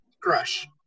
crush